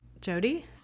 Jody